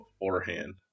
beforehand